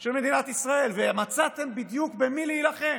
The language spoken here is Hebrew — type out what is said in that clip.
של מדינת ישראל ומצאתם בדיוק במי להילחם: